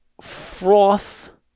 Froth